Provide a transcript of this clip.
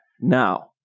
Now